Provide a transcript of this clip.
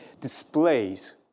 displays